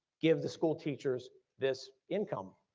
give the school teachers this income.